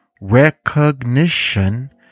recognition